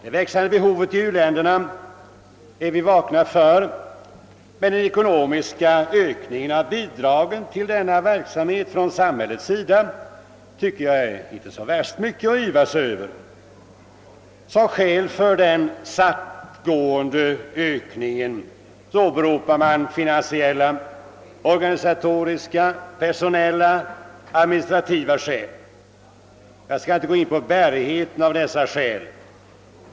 Det växande behovet i u-länderna är vi vakna för, men den ekonomiska ökningen av bidragen till denna verksamhet från samhällets sida är inte något att yvas över. Som skäl för den långsamma ökningen åberopar man finansiella, organisatoriska personella och administrativa svårigheter. Jag skall inte gå in på bärigheten i dessa skäl.